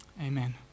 Amen